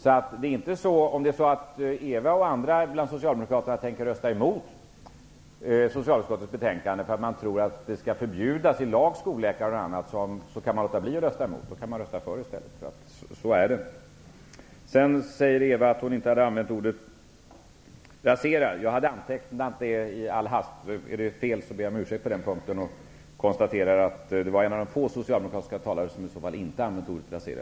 Om det är så att Ewa Hedkvist Petersen och andra socialdemokrater tänker rösta emot socialutskottets förslag därför att man tror att skolläkare och annat skall förbjudas i lag, kan de alltså nu låta bli att rösta emot och i stället rösta för, eftersom något sådant inte blir följden av förslaget. Ewa Hedkvist Petersen sade också att hon inte hade använt ordet ''rasera''. Jag antecknade det i all hast. Är det fel, ber jag om ursäkt och konstaterar att hon i så fall var en av de få socialdemokratiska talare som i dag inte har använt ordet ''rasera''.